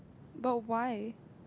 but why